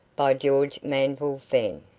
by george manville fenn.